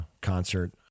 concert